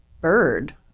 bird